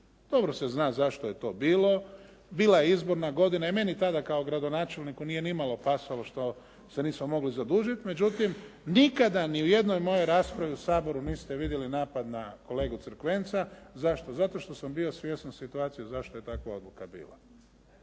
Dobro se zna zašto je to bilo. Bila je izborna godina i meni tada kao gradonačelniku nije nimalo pasalo što se nismo mogli zadužiti međutim nikada ni u jednoj mojoj raspravi u Saboru niste vidjeli napad na kolegu Crkvenca. Zašto? Zato što sam bio svjestan situacije zašto je takva odluka bila.